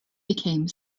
became